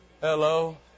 hello